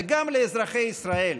וגם לאזרחי ישראל,